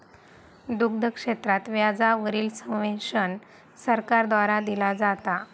दुग्ध क्षेत्रात व्याजा वरील सब्वेंशन सरकार द्वारा दिला जाता